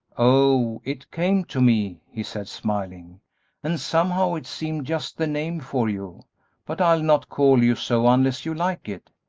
oh, it came to me, he said, smiling and somehow it seemed just the name for you but i'll not call you so unless you like it.